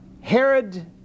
Herod